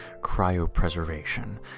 cryopreservation